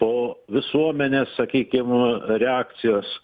po visuomenės sakykim reakcijos